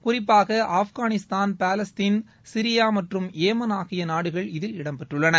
குறிப்பாக Afghanistan Palestine Syria மற்றும் Yemen ஆகிய நாடுகள் இதில் இடம்பெற்றுள்ளன